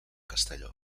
castelló